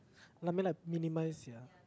i mean like minimize ya